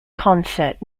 consett